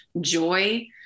joy